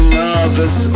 nervous